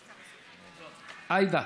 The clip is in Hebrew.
עאידה,